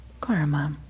karma